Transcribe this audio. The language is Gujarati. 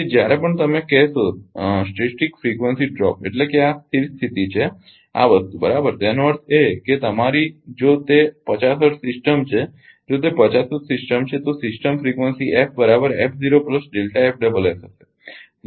તેથી જ્યારે પણ તમે કહેશો સ્થિર ફ્રિકવન્સી ડ્રોપ એટલે કે આ સ્થિર સ્થિતિ છે આ વસ્તુ બરાબર તેનો અર્થ એ કે તમારી જો તે 50 હર્ટ્ઝ સિસ્ટમ છે જો તે 50 હર્ટ્ઝ સિસ્ટમ છે તો સિસ્ટમ ફ્રિકવન્સી હશે